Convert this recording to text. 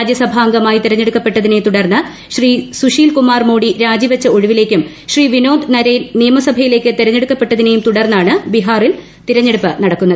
രാജ്യസഭാംഗമായി തിരഞ്ഞെടുക്കപ്പെട്ടതിനെ തുടർന്ന് ശ്രീ സുശീൽ കുമാർ മോഡി രാജിവെച്ച ഒഴിവിലേക്കും ശ്രീ വിനോദ് നരേയിൻ നിയമസഭയിലേക്ക് തെരഞ്ഞെടുക്കപ്പെട്ടതിനെയും തുടർന്നാണ് ബീഹാറിൽ തെരഞ്ഞെടുപ്പ് നടക്കുന്നത്